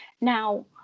now